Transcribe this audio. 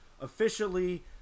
officially